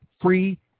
free